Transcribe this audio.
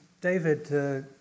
David